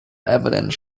evidence